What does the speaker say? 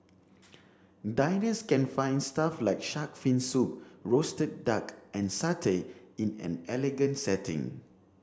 diners can find stuff like shark fin soup roasted duck and satay in an elegant setting